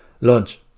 lunch